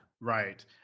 Right